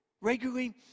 regularly